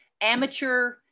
amateur